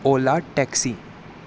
ola taxi